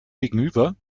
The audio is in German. gegenüber